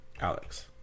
Alex